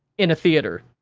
in a theater.